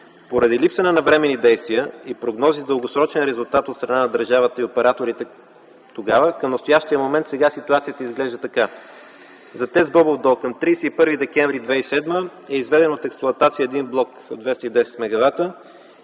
Поради липса на навременни действия и прогнози с дългосрочен резултат от страна на държавата и операторите тогава, към настоящия момент ситуацията изглежда така: за ТЕЦ „Бобов дол” – към 31 декември 2007 г. е изведен от експлоатация един блок от 210 мгвт